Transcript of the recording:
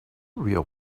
real